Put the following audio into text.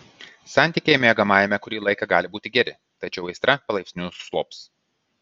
santykiai miegamajame kurį laiką gali būti geri tačiau aistra palaipsniui slops